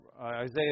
Isaiah